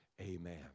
Amen